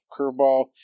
curveball